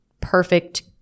perfect